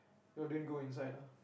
y'all didn't go inside ah